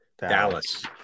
Dallas